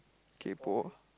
kaypoh